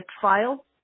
file